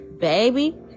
baby